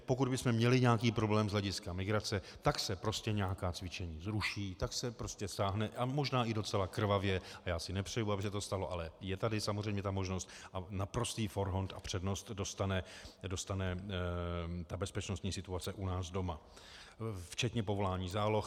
Pokud bychom měli nějaký problém z hlediska migrace, tak se prostě nějaká cvičení zruší, tak se prostě sáhne, a možná i docela krvavě a já si nepřeji, aby se to stalo, ale je tady samozřejmě ta možnost a naprostý forhont a přednost dostane bezpečnostní situace u nás doma, včetně povolání záloh.